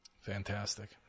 Fantastic